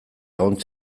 egon